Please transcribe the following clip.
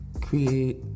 create